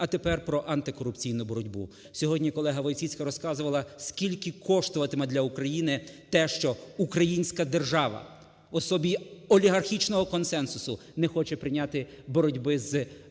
А тепер про антикорупційну боротьбу. Сьогодні колега Войціцька розказувала, скільки коштуватиме для України те, що українська держава в особі олігархічного консенсусу не хоче прийняти боротьби з корупцією,